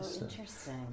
Interesting